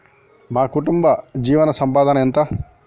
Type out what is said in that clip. మా కుటుంబ జీవన సంపాదన ఎంత?